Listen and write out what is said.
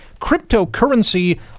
cryptocurrency